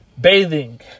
bathing